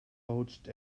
poached